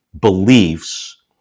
beliefs